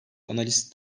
analist